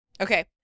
Okay